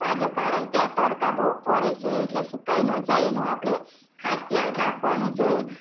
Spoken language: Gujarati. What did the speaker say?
પાજો કારણ કે આ તડકા બહુ પડે છે એટલે સુકાઈ ન જાય એનું આપણે ખાસ ધ્યાન રાખવું જોઈએ